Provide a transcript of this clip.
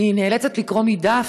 אני נאלצת לקרוא מדף,